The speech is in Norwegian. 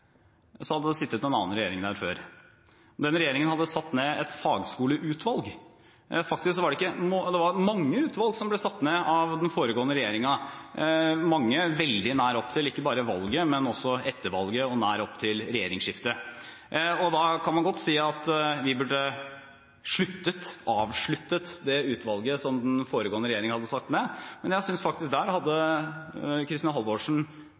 hadde det sittet en annen regjering der før. Den regjeringen hadde satt ned et fagskoleutvalg. Faktisk var det mange utvalg som ble satt ned av den foregående regjeringen – mange veldig nær opp til valget, etter valget og nær opp til regjeringsskiftet. Da kan man godt si at vi burde avsluttet det utvalget som den foregående regjeringen hadde satt ned, men der synes jeg faktisk Kristin Halvorsen hadde